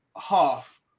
half